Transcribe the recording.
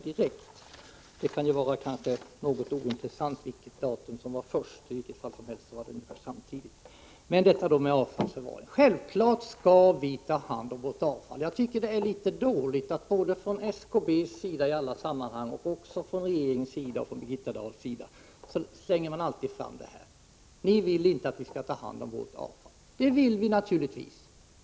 Det kan väl vara ganska ointressant vilket som skedde först; det var ungefär samtidigt. Låt mig sedan ta upp detta med avfallsförvaring. Vi skall självfallet ta hand om vårt avfall. Det är litet dåligt att både SKB och Birgitta Dahl och regeringen i övrigt i alla sammanhang slänger fram påståendet att vi i vpk inte vill att vi skall ta hand om vårt avfall. Det vill vi naturligtvis!